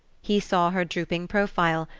he saw her drooping profile,